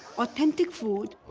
authentic food,